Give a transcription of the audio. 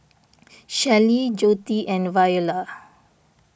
Shelley Joette and Viola